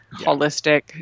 holistic